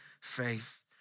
faith